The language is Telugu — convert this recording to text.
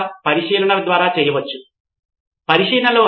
మిగిలిన ప్రదర్శనను నా బృందం ఇక్కడ నిర్వహించడానికి నేను అనుమతించాను